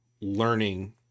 learning